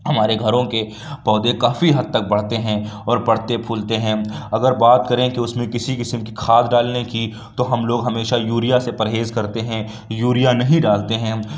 ہمارے گھروں کے پودے کافی حد تک بڑھتے ہیں اور بڑھتے پھولتے ہیں اگر بات کریں کہ اس میں کسی قسم کی کھاد ڈالنے کی تو ہم لوگ ہمیشہ یوریا سے پرہیز کرتے ہیں یوریا نہیں ڈالتے ہیں